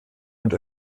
und